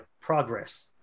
progress